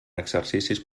exercicis